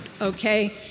okay